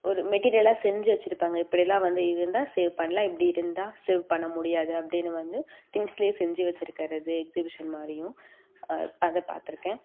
ஒரு மெட்டீரியலாக செஞ்சு வச்சுருப்பாங்க இப்டிலாம் வந்து இருந்தால் சேவ் பண்ணலாம் இப்படி இருந்தால் சேவ் பண்ண முடியாது அப்படின்னு வந்து திங்ஸ்லேயே செஞ்சு வச்சுருக்கறது எக்ஸிபிஸன் மாதிரியும் அதை பாத்திருக்கேன்